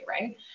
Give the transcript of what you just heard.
right